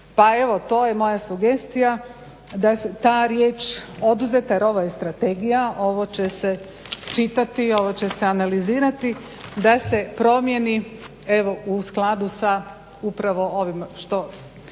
Pa evo ova moja sugestija da se ta riječ oduzeta jer ovo je strategija, ovo će se čitati, ovo će se analizirati da se promijeni u skladu sa upravo ovim što